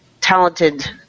talented